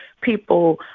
People